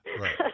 Right